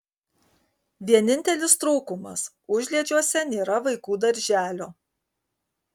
vienintelis trūkumas užliedžiuose nėra vaikų darželio